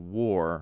war